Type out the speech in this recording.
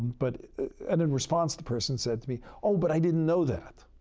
but and in response the person said to me, oh, but i didn't know that.